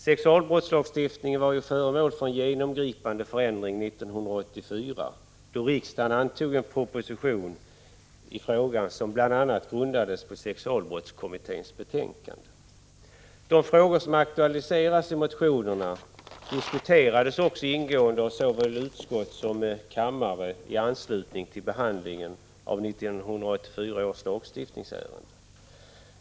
Sexualbrottslagstiftningen var föremål för en genomgripande förändring 1984 då De frågor som aktualiseras i motionerna diskuterades också ingående av såväl utskott som kammare i anslutning till behandlingen av 1984 års lagstiftningsärende.